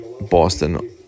Boston